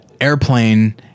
airplane